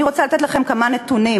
אני רוצה לתת לכם כמה נתונים,